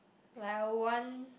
like I would want